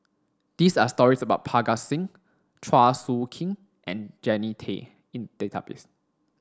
these are stories about Parga Singh Chua Soo Khim and Jannie Tay in the database